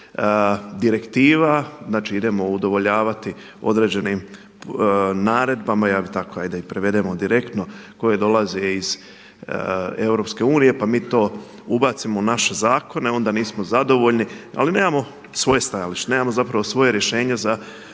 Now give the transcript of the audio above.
direktiva, znači idemo udovoljavati određenim naredbama hajde tako hajde da ih prevedemo direktno koje dolaze iz EU pa mi to ubacimo u naše zakone, onda nismo zadovoljni. Ali nemamo svoje stajalište, nemamo zapravo svoje rješenje za